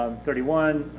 um thirty one,